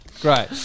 Great